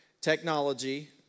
technology